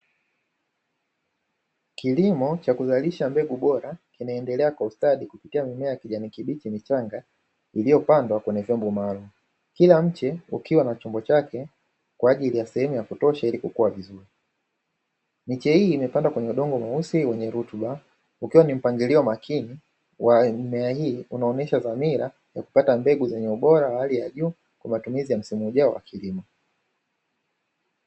Kilimo cha kuzalisha mbegu bora kinaendelea kwa ustadi kupitia mimea ya kijani kibichi michanga iliyopandwa kwenye vyombo maalumu. Kila mche ukiwa na chombo chake kwa ajili ya sehemu ya kutosha ili kukua vizuri. Miche hii imepandwa kwenye udongo mweusi wenye rutuba ikiwa ni mpangilio makini wa zao hili, unaonyesha dhamira ya kupata mbegu zenye ubora wa hali ya juu, kwa matumizi ya msimu ujao wa kilimo.